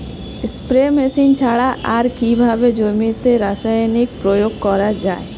Spray machine ছাড়া আর কিভাবে জমিতে রাসায়নিক প্রয়োগ করা যায়?